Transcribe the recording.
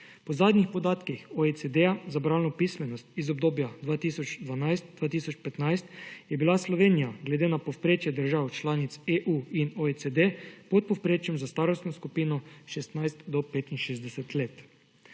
Po zadnjih podatkih OECD za bralno pismenost iz obdobja 2012-2015, je bila Slovenija glede na povprečje držav članic EU in OECD pod povprečjem za starostno skupino 16 do 65 let.